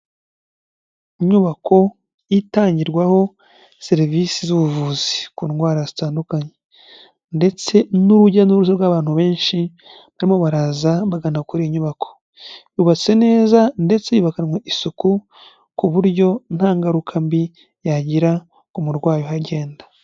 Inyubako itangirwaho serivisi z'ubuvuzi ku ndwara zitandukanye, ndetse n'urujya n'uruza rw'abantu benshi barimo baraza bagana kuri iyi nyubako; yubatse neza ndetse yubakanwe isuku ku buryo nta ngaruka mbi yagira ku murwayi uhagenda.